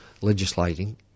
legislating